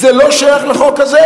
זה לא שייך לחוק הזה,